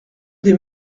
des